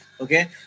Okay